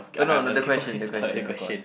no no the the question the question of course